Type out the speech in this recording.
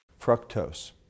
Fructose